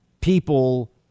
people